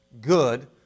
good